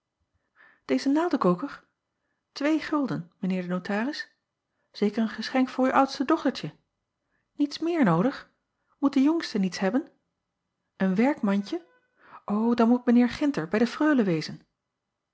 eze naaldekoker wee gulden mijn eer de notaris eker een geschenk voor uw oudste dochtertje iets meer noodig oet de jongste niets hebben en werkmandje dan moet mijn eer ginter bij de reule